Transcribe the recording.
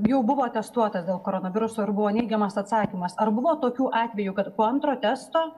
jau buvo testuotas dėl koronaviruso ir buvo neigiamas atsakymas ar buvo tokių atvejų kad po antro testo